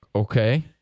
Okay